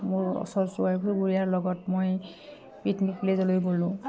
মোৰ ওচৰ চুবুৰীয়াৰ লগত মই পিকনিক গ'লোঁ